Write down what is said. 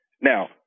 Now